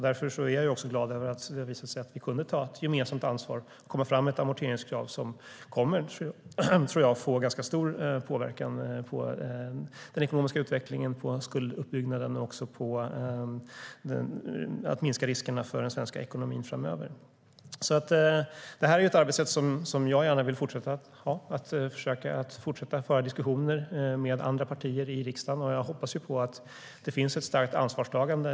Därför är jag glad över att det visade sig att vi kunde ta ett gemensamt ansvar och lägga fram ett amorteringskrav som nog kommer att få ganska stor påverkan på den ekonomiska utvecklingen när det gäller skulduppbyggnaden samtidigt som det minskar riskerna för den svenska ekonomin framöver. Detta är ett arbetssätt som jag gärna vill fortsätta att tillämpa, att föra diskussioner med andra partier i riksdagen. Jag hoppas att det finns ett stort ansvarstagande.